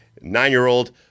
nine-year-old